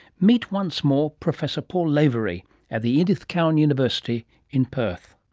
meet once more professor paul lavery at the edith cowan university in perth.